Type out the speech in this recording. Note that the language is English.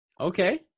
Okay